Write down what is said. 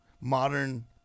modern